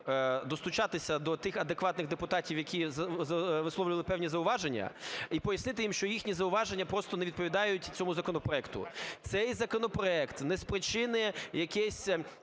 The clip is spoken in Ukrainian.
достучатися до тих адекватних депутатів, які висловлювали певні зауваження, і пояснити їм, що їхні зауваження просто не відповідають цьому законопроекту. Цей законопроект не спричинить якесь